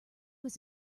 was